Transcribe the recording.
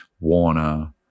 Warner